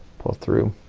pull through